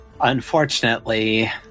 Unfortunately